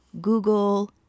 Google